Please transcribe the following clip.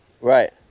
Right